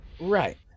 Right